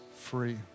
free